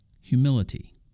Humility